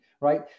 right